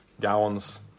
gallons